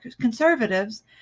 conservatives